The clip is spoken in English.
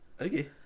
Okay